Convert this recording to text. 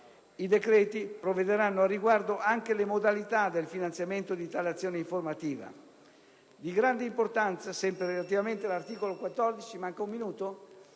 I decreti prevederanno anche le modalità del finanziamento di tale azione informativa. Di grande importanza, sempre relativamente all'articolo 14,